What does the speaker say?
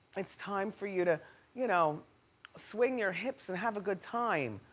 it's time for you to you know swing your hips and have a good time.